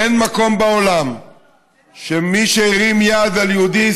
אין מקום בעולם שבו מישהו הרים יד על יהודי,